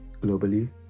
globally